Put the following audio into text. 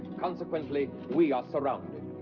consequently, we are surrounded.